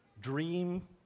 dream